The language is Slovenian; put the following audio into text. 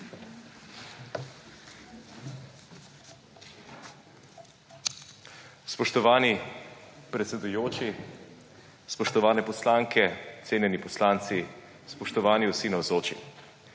Spoštovani predsedujoči! Spoštovane poslanke, cenjeni poslanci, spoštovani vsi navzoči!